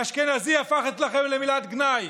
אשכנזי הפך אצלכם למילת גנאי.